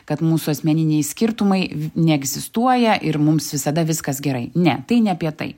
kad mūsų asmeniniai skirtumai neegzistuoja ir mums visada viskas gerai ne tai ne apie tai